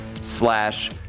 slash